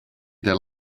their